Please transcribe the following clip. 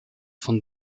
von